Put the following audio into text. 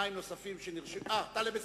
חבר הכנסת טלב אלסאנע,